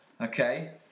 okay